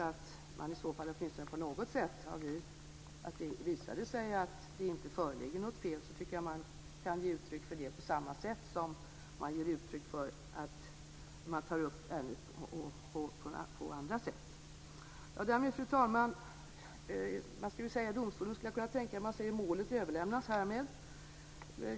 Om det visar sig att det inte föreligger något fel tycker jag att man kan ge uttryck för det, på samma sätt som man gör om det föreligger ett fel. Fru talman! I domstolen skulle jag kunna tänka mig att man säger att målet överlämnas härmed.